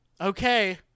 okay